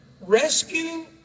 rescue